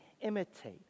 imitate